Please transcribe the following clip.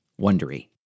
Wondery